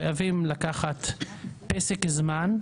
שחייבים לקחת פסק זמן,